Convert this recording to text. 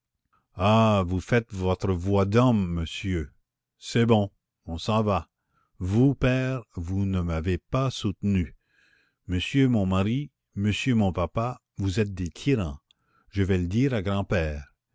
ah vous faites votre voix d'homme monsieur c'est bon on s'en va vous père vous ne m'avez pas soutenue monsieur mon mari monsieur mon papa vous êtes des tyrans je vais le dire à grand-père